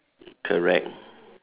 correct